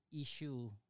issue